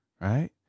right